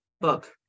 book